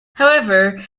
however